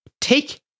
take